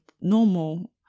normal